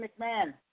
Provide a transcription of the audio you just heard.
McMahon